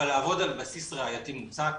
אבל לעבוד על בסיס ראייתי מוצק.